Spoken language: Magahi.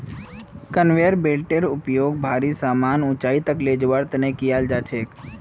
कन्वेयर बेल्टेर उपयोग भारी समान ऊंचाई तक ले जवार तने कियाल जा छे